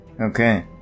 Okay